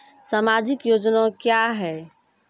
समाजिक योजना क्या हैं?